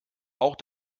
auch